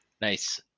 Nice